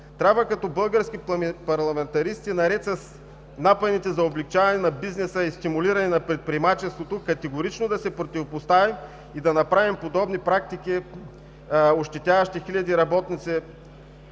Като български парламентаристи трябва наред с напъните за облекчаване на бизнеса и стимулиране на предприемачеството категорично да се противопоставим и да направим практики, ощетяващи хиляди работници